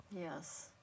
Yes